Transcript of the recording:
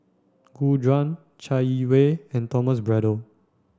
Gu Juan Chai Yee Wei and Thomas Braddell